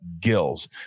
gills